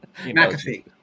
McAfee